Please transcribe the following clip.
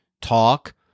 talk